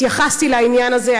התייחסתי לעניין הזה.